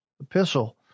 epistle